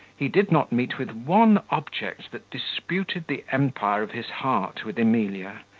he did not meet with one object that disputed the empire of his heart with emilia,